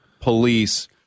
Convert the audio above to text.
police